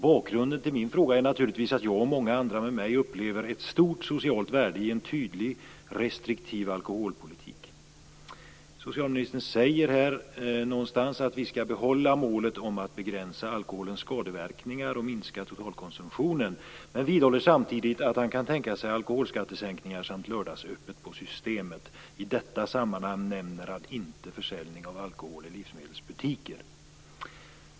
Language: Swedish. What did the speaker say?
Bakgrunden till min fråga är naturligtvis att jag och många andra med mig upplever ett stort socialt värde i en tydlig restriktiv alkoholpolitik. Socialministern säger att vi skall behålla målet att begränsa alkoholens skadeverkningar och minska totalkonsumtionen men vidhåller samtidigt att han kan tänka sig alkoholskattesänkningar samt lördagsöppet på systemet. I detta sammanhang nämner han inte försäljning av alkohol i livsmedelsbutiker.